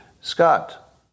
Scott